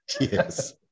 Yes